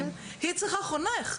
היא צריכה חונך.